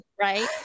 right